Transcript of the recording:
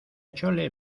chole